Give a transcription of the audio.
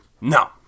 No